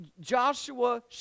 Joshua